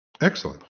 Excellent